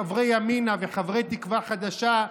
חברי ימינה וחברי תקווה חדשה,